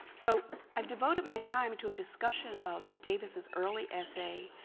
so i've devoted my time to a discussion of davis' early essay,